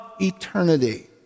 eternity